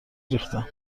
ریختم